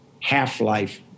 half-life